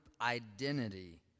identity